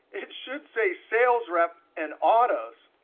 it should say sales rep and autos.